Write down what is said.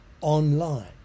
online